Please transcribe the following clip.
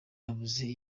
nabuze